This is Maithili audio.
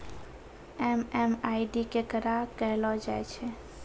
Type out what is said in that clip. एम.एम.आई.डी केकरा कहलो जाय छै